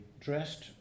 dressed